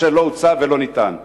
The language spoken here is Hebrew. אשר לא הוצא ולא ניתן.